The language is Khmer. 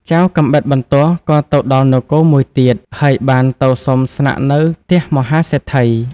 ចៅកាំបិតបន្ទោះក៏ទៅដល់នគរមួយទៀត ហើយបានទៅសុំស្នាក់នៅផ្ទះមហាសេដ្ឋី។